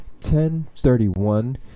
1031